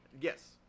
Yes